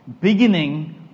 beginning